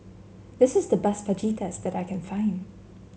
this is the best Fajitas that I can find